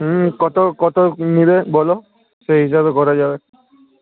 হুম কতো কতো নিবে বলো সেই হিসাবে করা যাবে